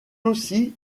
aussi